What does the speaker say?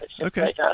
okay